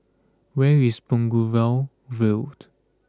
where is Boulevard Vue